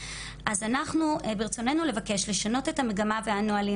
אז אנחנו ברצוננו לבקש לשנות את המגמה והנהלים